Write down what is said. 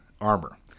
armor